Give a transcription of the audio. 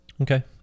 Okay